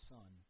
Son